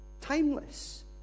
timeless